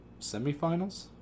semifinals